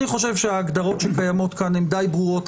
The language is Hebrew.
אני חושב שההגדרות שקיימות כאן הן די ברורות.